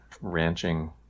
ranching